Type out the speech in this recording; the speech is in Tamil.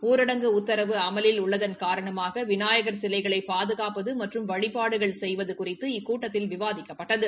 ஊரடங்கு உத்தரவு அமலில் உள்ளதன் காரணமாக விநாயகள் சிலைகளை பாதுகாப்பது மற்றும் வழிபாடுகள் செய்வது குறித்து இக்கூட்டத்தில் விவாதிக்கப்பட்டது